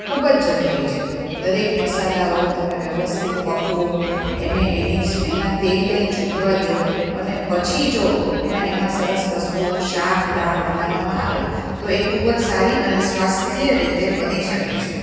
ખૂબ જ જરૂરી છે દરેક મસાલાઓ તમે વ્યવસ્થિત પકવો એને એની એના તેલને છૂટવા દો અને પછી જો એને એમાં સરસ વસ્તુઓ શાક દાળ બનાવવામાં આવે તો એ ખૂબ જ સારી અને સ્વાસ્થ્ય રીતે બની શકે છે